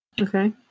Okay